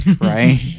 right